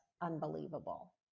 unbelievable